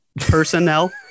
personnel